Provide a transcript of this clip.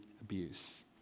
abuse